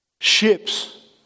Ships